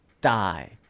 die